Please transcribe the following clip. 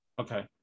Okay